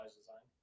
design